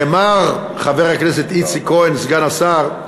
נאמר, חבר הכנסת איציק כהן, סגן השר,